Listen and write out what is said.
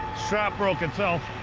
strap broke itself,